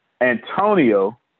Antonio